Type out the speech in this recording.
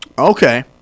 Okay